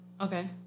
Okay